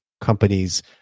companies